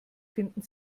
finden